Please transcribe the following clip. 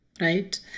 right